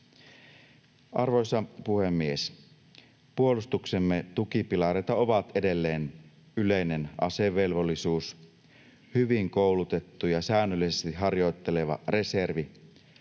Arvoisa puhemies! Puolustuksemme tukipilareita ovat edelleen yleinen asevelvollisuus, hyvin koulutettu ja säännöllisesti harjoitteleva reservi,